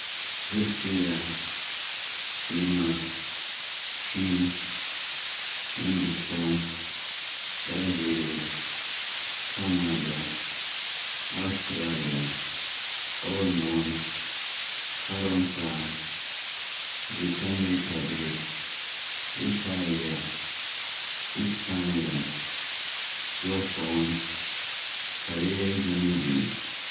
Русия, ИМА, Чин, Ҳиндустон, Бразилия, Канада, Австралия, Олмон, Фаронса, Британияи Кабир, Италия, Испания, Ҷопон, Кореяи Ҷанубӣ,